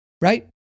right